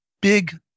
big